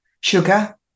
sugar